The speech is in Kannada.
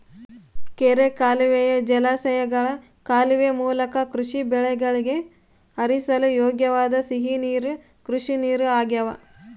ಕೆರೆ ಕಾಲುವೆಯ ಜಲಾಶಯಗಳ ಕೊಳವೆ ಮೂಲಕ ಕೃಷಿ ಬೆಳೆಗಳಿಗೆ ಹರಿಸಲು ಯೋಗ್ಯವಾದ ಸಿಹಿ ನೀರು ಕೃಷಿನೀರು ಆಗ್ಯಾವ